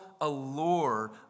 allure